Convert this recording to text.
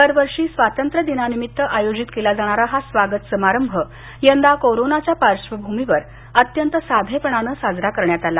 दरवर्षी स्वतंत्र्य दिनानिमित्त आयोजित केला जाणारा हा स्वागत समारंभ यंदा कोरोनाच्या पार्श्वभूमीवर अत्यंत साधेपणाने साजरा करण्यात आला